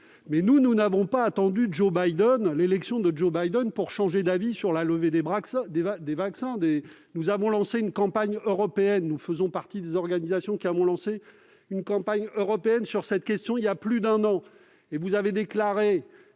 mais, nous, nous n'avons pas attendu l'élection de Joe Biden pour changer d'avis sur la levée des brevets des vaccins contre le covid. Nous faisons partie des organisations qui ont lancé une campagne européenne sur cette question voilà plus d'un an. Vous avez déclaré